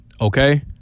okay